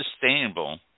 sustainable